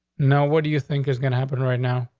no, what do you think is gonna happen right now?